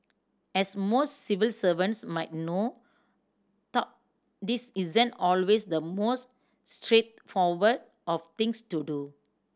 as most civil servants might know this isn't always the most straightforward of things to do